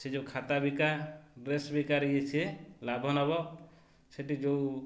ସେ ଯେଉଁ ଖାତା ବିକା ଡ୍ରେସ୍ ବିକା ଇଏ ସିଏ ଲାଭ ନବ ସେଠି ଯେଉଁ